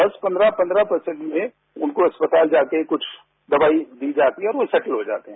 दस पंद्रह पंद्रह पर्सेट में उनको अस्पतालजाके कुछ दबाई दी जाती है और वो सैटल हो जाते हैं